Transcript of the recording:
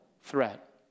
threat